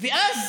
ואז